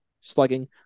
slugging